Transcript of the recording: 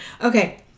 Okay